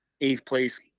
eighth-place